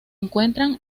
encuentran